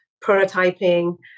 prototyping